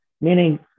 meaning